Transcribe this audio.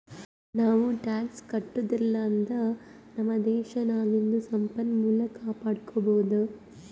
ನಾವೂ ಟ್ಯಾಕ್ಸ್ ಕಟ್ಟದುರ್ಲಿಂದ್ ನಮ್ ದೇಶ್ ನಾಗಿಂದು ಸಂಪನ್ಮೂಲ ಕಾಪಡ್ಕೊಬೋದ್